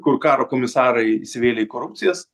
kur karo komisarai įsivėlė į korupcijas